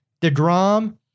DeGrom